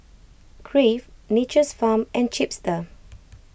Crave Nature's Farm and Chipster